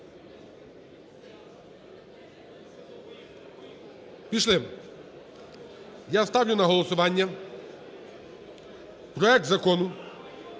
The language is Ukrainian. Пішли. Я ставлю на голосування проект Закону